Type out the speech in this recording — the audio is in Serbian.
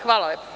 Hvala lepo.